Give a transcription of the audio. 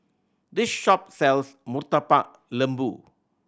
this shop sells Murtabak Lembu